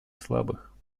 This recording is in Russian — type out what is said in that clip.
слабых